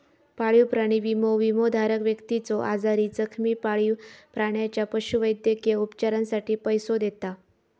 पाळीव प्राणी विमो, विमोधारक व्यक्तीच्यो आजारी, जखमी पाळीव प्राण्याच्या पशुवैद्यकीय उपचारांसाठी पैसो देता